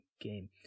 game